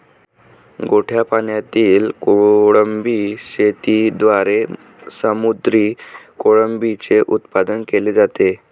गोड्या पाण्यातील कोळंबी शेतीद्वारे समुद्री कोळंबीचे उत्पादन केले जाते